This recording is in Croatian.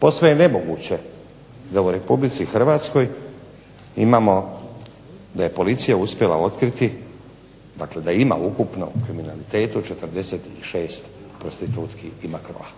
Posve je nemoguće da u Republici Hrvatskoj imamo, da je policija uspjela otkriti, dakle da ima ukupno u kriminalitetu 46 prostitutki i makroa.